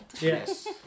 Yes